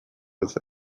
with